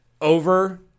over